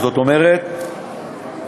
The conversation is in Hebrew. זאת אומרת,